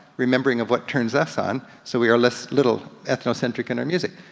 remembering of what turns us on, so we are less little ethnocentric in our music.